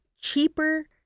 cheaper